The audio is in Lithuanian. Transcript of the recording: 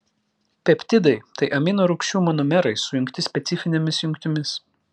peptidai tai amino rūgčių monomerai sujungti specifinėmis jungtimis